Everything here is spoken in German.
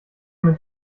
mit